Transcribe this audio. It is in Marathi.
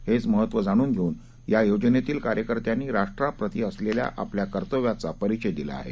हेच महत्व जाणून घेऊन या योजनेतील कार्यकर्त्यांनी राष्ट्राप्रती असलेल्या आपल्या कर्तव्याचा परिचय दिला आहे